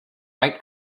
write